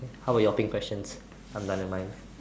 how about your pink questions I have divided mine